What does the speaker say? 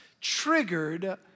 triggered